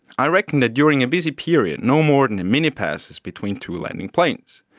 i reckon that during a busy period, no more than a minute passes between two landing planes.